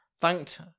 thanked